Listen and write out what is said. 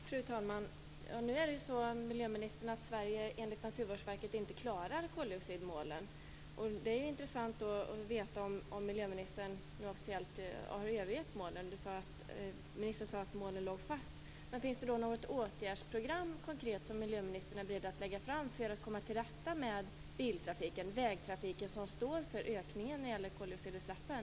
Fru talman! Nu är det ju så, miljöministern, att Sverige enligt Naturvårdsverket inte klarar koldioxidmålen. Det är intressant att veta om miljöministern nu officiellt har övergivit målen. Hon sade att målen låg fast. Men finns det då något konkret åtgärdsprogram som miljöministern är beredd att lägga fram för att komma till rätta med biltrafiken, vägtrafiken, som står för ökningen av koldioxidutsläppen?